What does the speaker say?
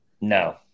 No